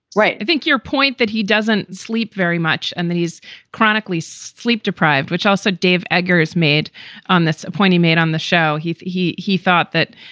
right? i think your point that he doesn't sleep very much and that he's chronically sleep deprived. which also dave eggers made on this point he made on the show. he he he thought that,